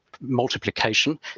multiplication